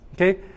okay